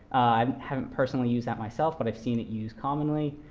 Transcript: i haven't personally used that myself, but i've seen it used commonly.